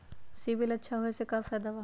CIBIL अच्छा होऐ से का फायदा बा?